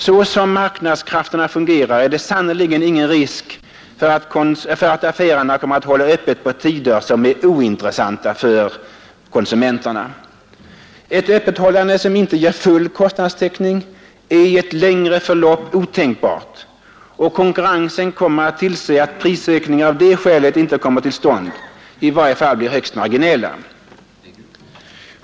Så som marknadskrafterna fungerar är det sannerligen ingen risk för att affärerna kommer att hålla öppet på tider som är ointressanta för konsumenterna. Ett öppethållande som inte ger full kostnadstäckning är i ett längre förlopp otänkbart, och konkurrensen kommer att tillse att prisökningar av det skälet inte kommer till stånd eller i varje fall blir högst marginella.